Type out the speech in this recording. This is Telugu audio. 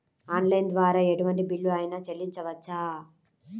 ఆన్లైన్ ద్వారా ఎటువంటి బిల్లు అయినా చెల్లించవచ్చా?